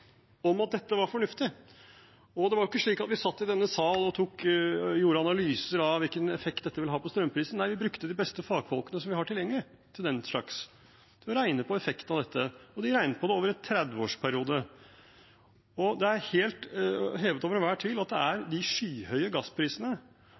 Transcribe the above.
om at dette var fornuftig. Og det var jo ikke slik at vi satt i denne sal og gjorde analyser av hvilken effekt dette ville ha på strømprisen. Nei, vi brukte de beste fagfolkene som vi har tilgjengelig til den slags, til å regne på effekten av dette, og de regnet på det over en 30-årsperiode. Det er hevet over enhver tvil at det er